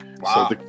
Wow